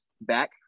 back